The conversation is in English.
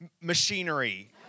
machinery